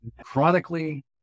chronically